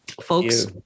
Folks